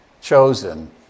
chosen